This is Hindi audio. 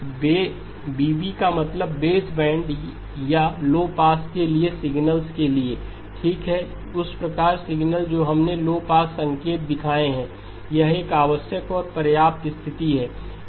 तो बीबी का मतल बेसबैंड या लो पास के सिगनल्स के लिए ठीक है उस प्रकार के सिग्नल जो हमने लो पास के संकेत दिखाए हैं यह एक आवश्यक और पर्याप्त स्थिति है